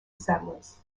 settlers